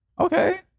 Okay